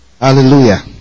Hallelujah